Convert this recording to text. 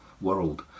world